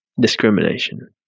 Discrimination